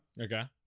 Okay